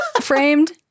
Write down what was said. framed